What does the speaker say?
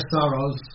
sorrows